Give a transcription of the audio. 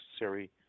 necessary